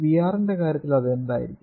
V R ന്റെ കാര്യത്തിൽ അത് എന്തായിരിക്കാം